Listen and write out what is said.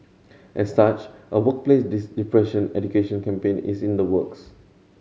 as such a workplace depression education campaign is in the works